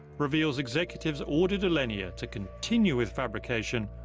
reveals executives ordered alenia to continue with fabrication,